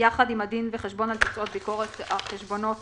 יחד עם הדין וחשבון על תוצאות ביקורת החשבונות